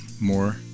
more